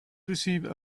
receive